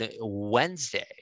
Wednesday